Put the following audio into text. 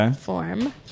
form